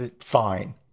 Fine